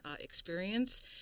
experience